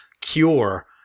cure